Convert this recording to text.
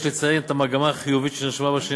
יש לציין את המגמה החיובית שנרשמה בשנים